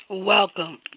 Welcome